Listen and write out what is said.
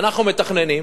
אנחנו מתכננים.